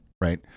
right